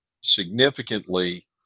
significantly